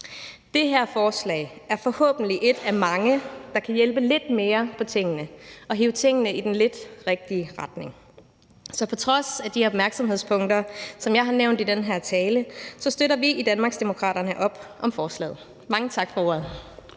Det her forslag er forhåbentlig et af mange, der kan hjælpe lidt mere på tingene og hive tingene lidt i den rigtige retning. Så på trods af de opmærksomhedspunkter, som jeg har nævnt i den her tale, støtter vi i Danmarksdemokraterne op om forslaget. Mange tak for ordet.